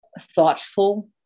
thoughtful